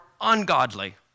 ungodly